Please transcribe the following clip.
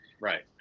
Right